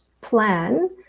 plan